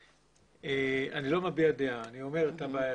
אני לא מביע דעה, אני אומר את הבעייתיות.